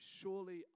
surely